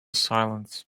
silence